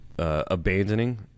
Abandoning